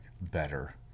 better